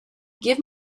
give